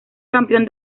campeón